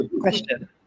question